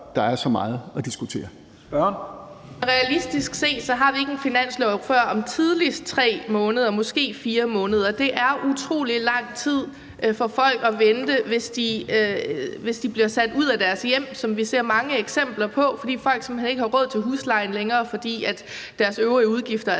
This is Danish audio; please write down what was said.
der er så meget at diskutere.